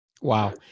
Wow